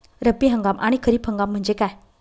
रब्बी हंगाम आणि खरीप हंगाम म्हणजे काय?